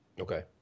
Okay